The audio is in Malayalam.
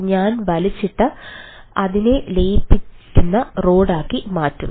ഞാൻ വലിച്ചിട്ട് അതിനെ ലയിപ്പിച്ച റോഡാക്കി മാറ്റുന്നു